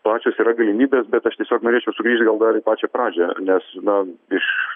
plačios yra galimybės bet aš tiesiog norėčiau sugrįžt gal dar į pačią pradžią nes na iš